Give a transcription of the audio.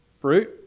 Fruit